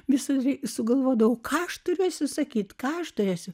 visa tai sugalvojo daug ką aš turėsiu sakyt ką aš turėsiu